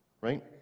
right